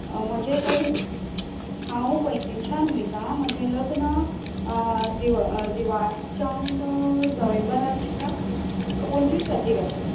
म्हजे लग्न हांव पैंगीणच्यान उलयतां म्हजे लग्न दिव दिवाळे जावन नोव्हेबंराच्या पंचवीस तारखेर आसा